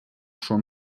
schon